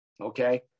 Okay